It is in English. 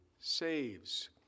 saves